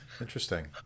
Interesting